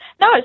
No